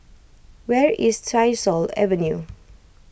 where is Tyersall Avenue